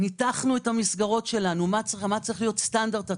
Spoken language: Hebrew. ניתחנו את המסגרות שלנו מה צריך להיות סטנדרט הפיקוח,